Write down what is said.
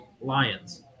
Lions